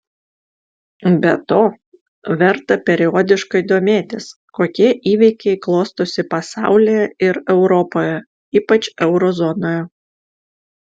be to verta periodiškai domėtis kokie įvykiai klostosi pasaulyje ir europoje ypač euro zonoje